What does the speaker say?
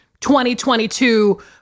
2022